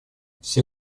все